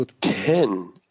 ten